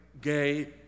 gay